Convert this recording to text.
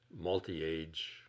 multi-age